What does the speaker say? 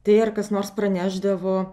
tai ar kas nors pranešdavo